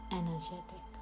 energetic